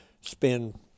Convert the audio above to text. spend